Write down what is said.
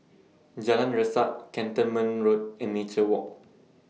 Jalan Resak Cantonment Road and Nature Walk